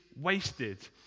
wasted